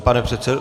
Pane předsedo.